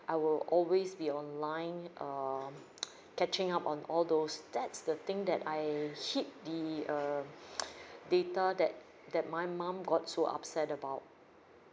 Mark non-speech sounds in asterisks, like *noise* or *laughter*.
I will always be online um *noise* catching up on all those that's the thing that I hit the um *noise* data that that my mum got so upset about